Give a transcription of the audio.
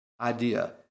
idea